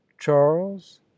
charles